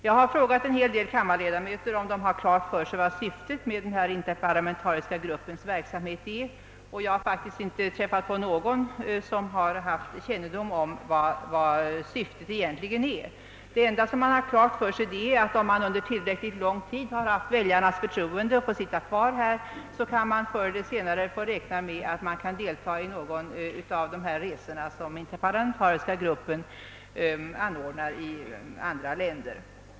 Jag har frågat en del av kammarens ledamöter om de haft klart för sig vilket syftet är med den interparlamentariska gruppens verksamhet, men jag har inte träffat på någon som känt till detta. Det enda man har haft klart för sig är att om en riksdagsman under tillräckligt lång tid haft ett sådant väljarnas förtroende att han fått sitta kvar i kammaren, kunde han räkna med att senare få delta i någon av de resor som interparlamentariska gruppen anordnar till andra länder.